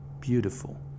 beautiful